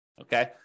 Okay